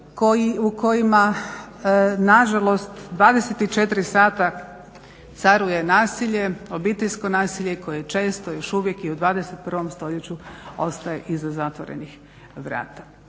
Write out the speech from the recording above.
u kojima nažalost 24 sata caruje nasilje, obiteljsko nasilje koje često još uvijek i u 21. stoljeću ostaje iza zatvorenih vrata